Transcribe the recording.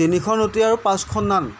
তিনিখন ৰুটি আৰু পাঁচখন নান